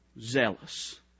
zealous